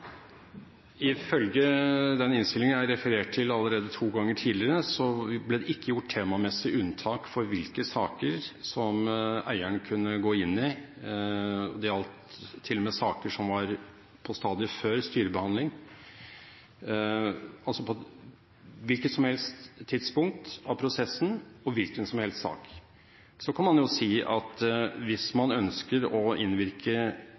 Ifølge den innstillingen jeg har referert til allerede to ganger tidligere, ble det ikke gjort temamessig unntak for hvilke saker som eieren kunne gå inn i. Det gjaldt til og med saker som var på stadiet før styrebehandling – altså på et hvilket som helst tidspunkt av prosessen og i hvilken som helst sak. Så kan man si at hvis man ønsker å innvirke